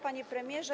Panie Premierze!